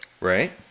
Right